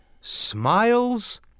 Smiles